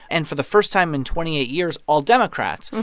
and for the first time in twenty eight years, all democrats.